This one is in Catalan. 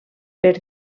per